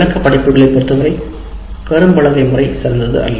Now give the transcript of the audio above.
விளக்க படிப்புகளை பொறுத்தவரை கரும்பலகை முறை சிறந்தது அல்ல